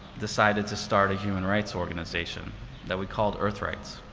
decided to start a human rights organization that we called earthrights.